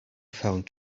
found